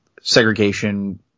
segregation